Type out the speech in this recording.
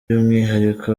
by’umwihariko